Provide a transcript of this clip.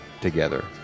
together